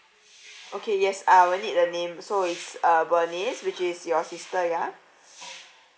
okay yes uh we'll need the name so it's uh bernice which is your sister ya